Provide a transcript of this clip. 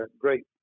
great